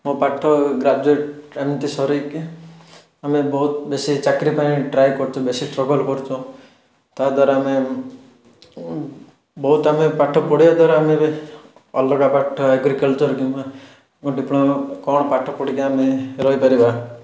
ମୋ ପାଠ ଗ୍ରାଜୁଏଟ୍ ଏମିତି ସରେଇକି ଆମେ ବହୁତ ବେଶୀ ଚାକିରୀ ପାଇଁ ଟ୍ରାଏ କରିଥିଲୁ ବହୁତ ଷ୍ଟ୍ରଗଲ୍ କରୁଛୁ ତା'ଦ୍ୱାରା ଆମେ ବହୁତ ଆମେ ପାଠ ପଢ଼ିବା ଦ୍ୱାରା ଆମେ ଅଲଗା ପାଠ ଏଗ୍ରିକଲଚର୍ କିମ୍ବା ଡିପ୍ଲୋମା ଗୋଟେ କ'ଣ ପାଠ ପଢ଼ିକି ଆମେ ରହିପାରିବା